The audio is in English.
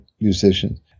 musicians